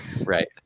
right